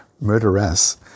murderess